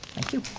thank you,